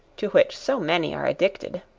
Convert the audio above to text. to which so many are addicted.